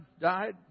died